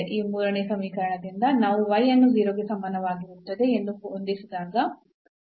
ಈ ಮೂರನೇ ಸಮೀಕರಣದಿಂದ ನಾವು ಅನ್ನು 0 ಗೆ ಸಮನಾಗಿರುತ್ತದೆ ಎಂದು ಹೊಂದಿಸಿದಾಗ 0 ಗೆ ಸಮಾನವಾಗಿರುತ್ತದೆ